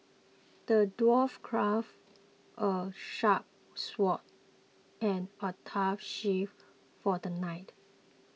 the dwarf crafted a sharp sword and a tough shield for the knight